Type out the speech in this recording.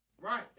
Right